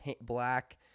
black